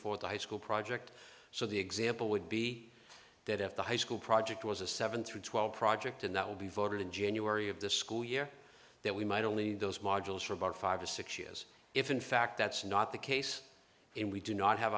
for the high school project so the example would be that if the high school project was a seven through twelve project and that would be voted in january of the school year that we might only those modules for about five to six years if in fact that's not the case and we do not have